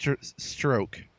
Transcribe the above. Stroke